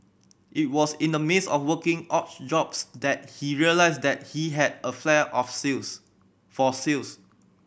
it was in the midst of working odd jobs that he realised that he had a flair of sales for sales